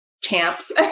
Champs